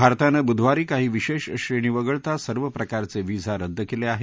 भारतानं बुधवारी काही विशेष श्रेणी वगळता सर्व प्रकारचे व्हिसा रद्द केले आहेत